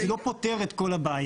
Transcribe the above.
זה לא פותר את כל הבעיה,